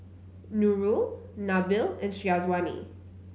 Nurul Nabil and Syazwani